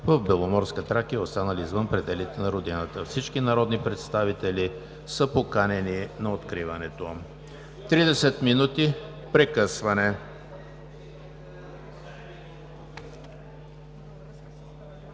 в Беломорска Тракия, останали извън пределите на родината. Всички народни представители са поканени на откриването. Тридесет минути прекъсване.